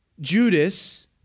Judas